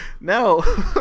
No